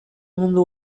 mundu